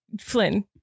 Flynn